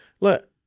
Look